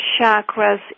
chakras